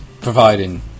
Providing